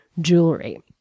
jewelry